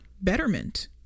betterment